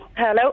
hello